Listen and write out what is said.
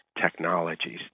technologies